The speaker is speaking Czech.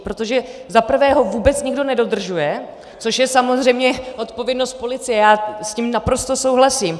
Protože za prvé ho vůbec nikdo nedodržuje, což je samozřejmě odpovědnost policie, já s tím naprosto souhlasím.